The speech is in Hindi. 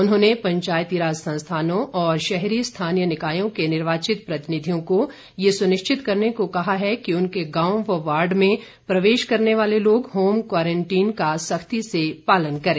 उन्होंने पंचायती राज संस्थानों और शहरी स्थानीय निकायों के निर्वाचित प्रतिनिधियों को यह सुनिश्चित करने को कहा है कि उनके गाँव व वार्ड में प्रवेश करने वाले लोग होम क्वारंटीन का सख्ती से पालन करें